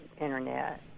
Internet